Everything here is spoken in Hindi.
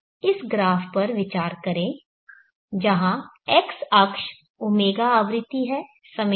तो इस ग्राफ पर विचार करें जहां x अक्ष ω आवृत्ति है समय नहीं